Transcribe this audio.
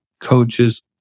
coaches